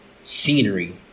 scenery